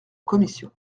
commission